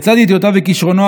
לצד ידיעותיו וכישרונו,